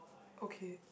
okay